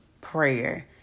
prayer